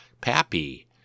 Pappy